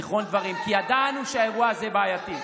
זיכרון דברים, כי ידענו שהאירוע הזה בעייתי.